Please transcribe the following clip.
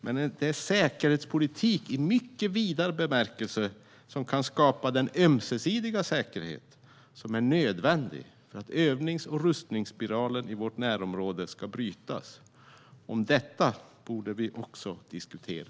Men det är säkerhetspolitik i mycket vidare bemärkelse som kan skapa den ömsesidiga säkerhet som är nödvändig för att övnings och rustningsspiralen i vårt närområde ska brytas. Om detta borde vi också diskutera.